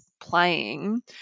playing